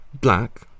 Black